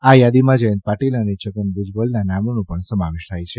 આ થાદીમાં જયંત પાટીલ અને છગન ભુજબલના નામનો પણ સમાવેશ થાય છે